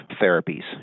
therapies